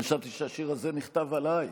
אני חשבתי שהשיר הזה נכתב עליי.